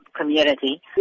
community